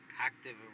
active